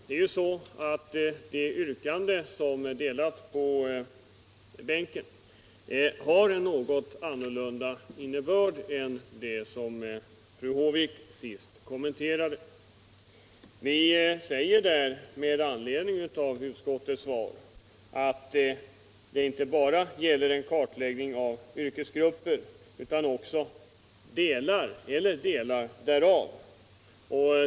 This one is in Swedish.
Herr talman! Det yrkande som utdelats på bänkarna har en något annorlunda innebörd än det som fru Håvik nu kommenterade. Vi säger där med anledning av utskottets skrivning att det gäller en kartläggning av yrkesgrupper eller delar därav.